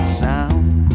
sound